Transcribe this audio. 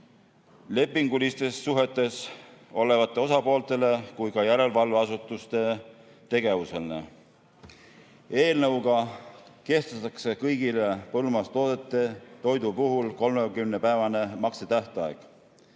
lepingulistes suhetes olevatele osapooltele kui ka järelevalveasutustele. Eelnõuga kehtestatakse kõigi põllumajandustoodete ja toidu puhul 30‑päevane maksetähtaeg.